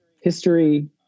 history